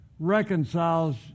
Reconciles